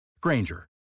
Granger